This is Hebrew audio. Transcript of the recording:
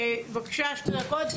בבקשה שתי דקות,